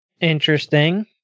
interesting